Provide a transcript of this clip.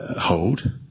hold